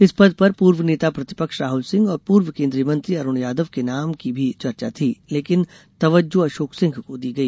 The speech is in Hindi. इस पद पर पूर्व नेता प्रतिपक्ष राहल सिंह और पूर्व केंद्रीय मंत्री अरुण यादव के नाम की भी चर्चा थी लेकिन तवज्जों अशोक सिंह को दी गई